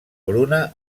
bruna